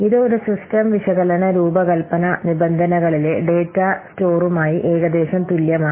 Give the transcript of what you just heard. ഇത് ഒരു സിസ്റ്റം വിശകലന രൂപകൽപ്പന നിബന്ധനകളിലെ ഡാറ്റാ സ്റ്റോറുമായി ഏകദേശം തുല്യമാണ്